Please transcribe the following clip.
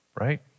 right